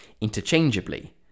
interchangeably